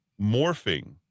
morphing